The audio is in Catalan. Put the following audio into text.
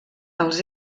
els